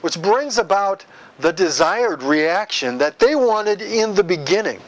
which brings about the desired reaction that they wanted in the beginning